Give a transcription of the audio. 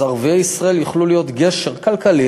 אז ערביי ישראל יוכלו להיות גשר כלכלי